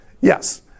Yes